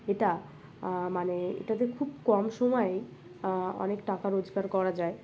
এটা মানে এটাতে খুব কম সময়েই অনেক টাকা রোজগার করা যায়